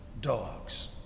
dogs